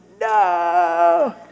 no